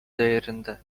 değerinde